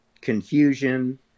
confusion